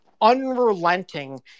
unrelenting